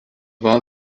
war